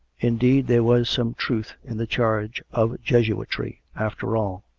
indeed, there was some truth in the charge of jesuitry, after all!